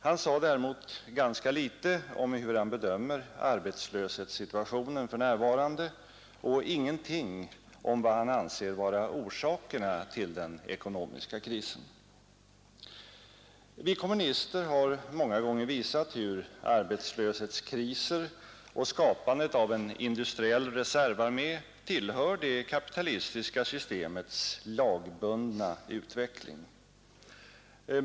Han sade däremot ganska litet om hur han bedömer arbetslöshetssituationen för närvarande och ingenting om vad han anser vara orsakerna till den ekonomiska krisen. Vi kommunister har många gånger visat hur arbetslöshetskriser och skapandet av en industriell reservarmé tillhör det kapitalistiska systemets lagbundna utveckling.